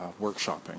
workshopping